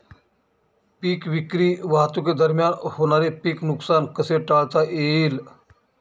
पीक विक्री वाहतुकीदरम्यान होणारे पीक नुकसान कसे टाळता येईल?